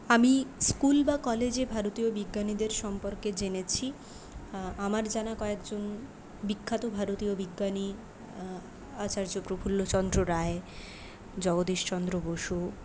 আমি স্কুল বা কলেজে ভারতীয় বিজ্ঞানীদের সম্পর্কে জেনেছি আমার জানা কয়েকজন বিখ্যাত ভারতীয় বিজ্ঞানী আচার্য প্রফুল্লচন্দ্র রায় জগদীশচন্দ্র বসু